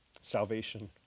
Salvation